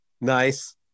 Nice